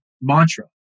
mantra